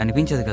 and bencher.